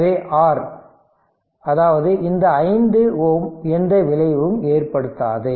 எனவே R அதாவது இந்த 5Ω எந்த விளைவையும் ஏற்படுத்தாது